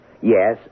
Yes